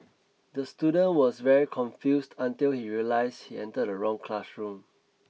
the student was very confused until he realized he entered the wrong classroom